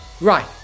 Right